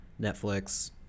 netflix